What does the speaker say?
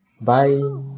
bye